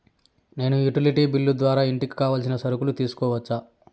నేను utility bill ద్వారా ఇంటికి కావాల్సిన సరుకులు తీసుకోవచ్చా?